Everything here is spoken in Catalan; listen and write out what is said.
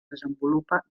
desenvolupa